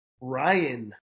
Ryan